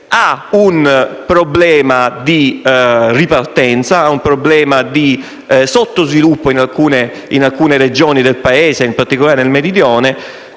ha un problema di ripartenza, un problema di sottosviluppo in alcune Regioni e, in particolare, nel Meridione.